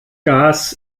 gas